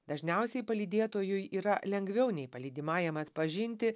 dažniausiai palydėtojui yra lengviau nei palydimajam atpažinti